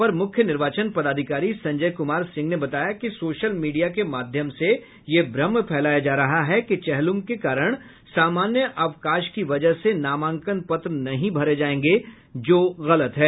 अपर मुख्य निर्वाचन पदाधिकारी संजय कुमार सिंह ने बताया कि सोशल मीडिया के माध्यम से यह भ्रम फैलाया जा रहा है कि चेहल्लूम के कारण सामान्य अवकाश की वजह से नामांकन पत्र नहीं भरे जायेंगे जो गलत है